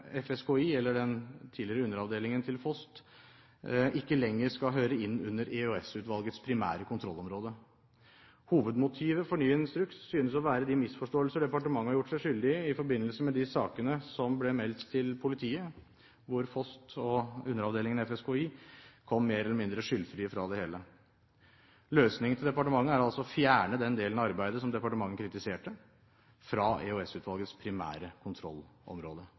FSKI, eller den tidligere underavdelingen til FOST, ikke lenger skal høre inn under EOS-utvalgets primære kontrollområde. Hovedmotivet for ny instruks synes å være de misforståelser departementet har gjort seg skyldig i i forbindelse med de sakene som ble meldt til politiet, hvor FOST og underavdelingen FSKI kom mer eller mindre skyldfrie fra det hele. Løsningen til departementet er altså å fjerne den delen av arbeidet som departementet kritiserte, fra EOS-utvalgets primære kontrollområde.